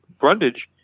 Brundage